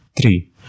three